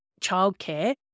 Childcare